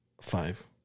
Five